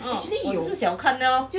oh 我就是小看 lor